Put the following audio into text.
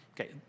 Okay